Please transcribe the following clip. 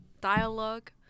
dialogue